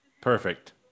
perfect